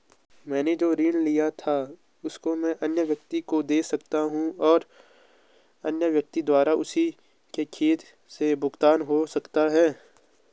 मैंने जो ऋण लिया था उसको मैं अन्य व्यक्ति को दें सकता हूँ और अन्य व्यक्ति द्वारा उसी के खाते से भुगतान हो सकता है?